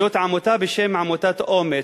זאת עמותה בשם עמותת "אומץ",